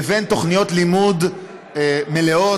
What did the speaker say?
לבין תוכניות לימוד מלאות,